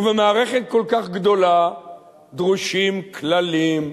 ובמערכת כל כך גדולה דרושים כללים.